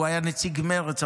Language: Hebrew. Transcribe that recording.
הוא היה נציג מרצ,